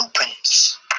opens